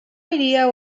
idea